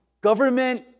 Government